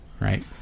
right